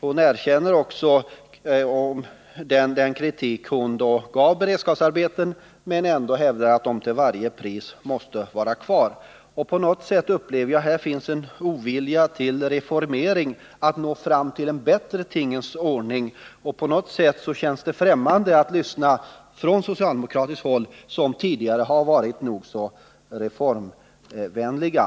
Vidare kritiserade Anna-Greta Leijon beredskapsarbetena, men hon hävdade ändå att de till varje pris måste vara kvar. På något sätt upplever jag att man från socialdemokraternas sida visar en ovilja till reformering, till att nå fram till en bättre tingens ordning. Det känns tydligen främmande för socialdemokraterna att lyssna på sådana här synpunkter, trots att de tidigare varit nog så reformvänliga.